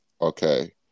okay